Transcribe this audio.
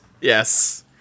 Yes